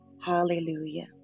hallelujah